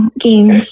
games